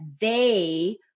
they-